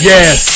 Yes